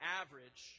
average